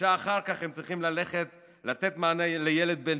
ושעה אחר כך הם צריכים לתת מענה לילד בן